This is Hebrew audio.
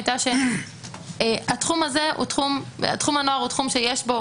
המחשבה היתה שתחום הנוער הוא תחום שיש בו